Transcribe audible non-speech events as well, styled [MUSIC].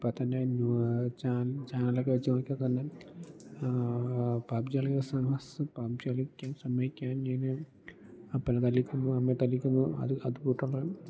ഇപ്പോൾത്തന്നെ ന്യൂസ് ചാനലൊക്കെ വെച്ചു നോക്കിയാൽ തന്നെ പബ്ജി കളിക്കാൻ [UNINTELLIGIBLE] പബ്ജി കളിക്കാൻ സമ്മതിക്കാത്തതിന് അപ്പനെ തല്ലിക്കൊല്ലുന്നു അമ്മയെ തല്ലിക്കൊല്ലുന്നു അത് അതുകൂടാതെതന്നെ